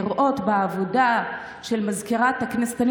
לראות כך את העבודה של מזכירת הכנסת.